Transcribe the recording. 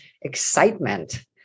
excitement